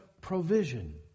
provision